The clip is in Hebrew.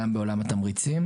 גם בעולם התמריצים.